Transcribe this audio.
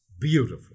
Beautiful